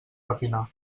refinar